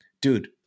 Dude